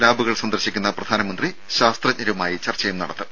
ലാബുകൾ സന്ദർശിക്കുന്ന പ്രധാനമന്ത്രി ശാസ്ത്രജ്ഞരുമായി ചർച്ചയും നടത്തും